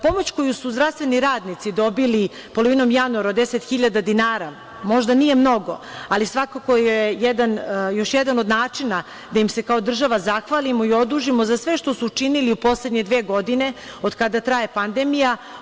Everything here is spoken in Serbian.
Pomoć koju su zdravstveni radnici dobili polovinom januara, deset hiljada dinara, možda nije mnogo, ali je svakako još jedan od načina da im se kao država zahvalimo i odužimo za sve što su učinili u poslednje dve godine od kada traje pandemija.